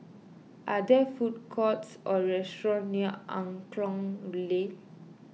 are there food courts or restaurants near Angklong Lane